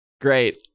Great